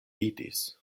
vidis